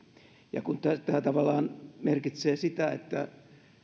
ja kun tämä tavallaan merkitsee sitä että